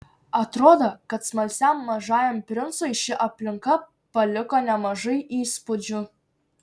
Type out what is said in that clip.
atrodo kad smalsiam mažajam princui ši aplinka paliko nemažai įspūdžių